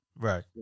Right